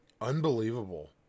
Unbelievable